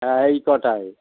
হ্যাঁ এই কটা